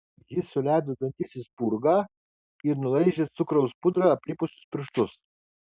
ji suleido dantis į spurgą ir nulaižė cukraus pudra aplipusius pirštus